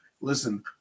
listen